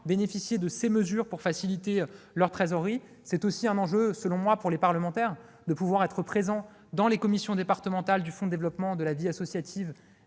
bénéficier de ces mesures, qui améliorent leur trésorerie. C'est aussi, selon moi, un enjeu pour les parlementaires de pouvoir être présents dans les commissions départementales du fonds pour le développement de la vie associative